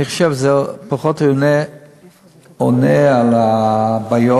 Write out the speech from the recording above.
אני חושב שזה פחות עונה על הבעיות,